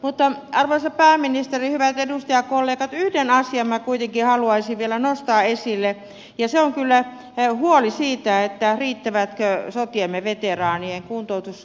mutta arvoisa pääministeri hyvät edustajakollegat yhden asian minä kuitenkin haluaisin vielä nostaa esille ja se on kyllä huoli siitä riittävätkö sotiemme veteraanien kuntoutusmäärärahat